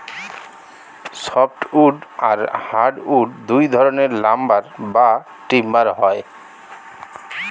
soft wood আর hardwood দুই ধরনের লাম্বার বা টিম্বার হয়